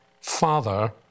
Father